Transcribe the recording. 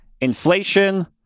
Inflation